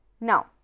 now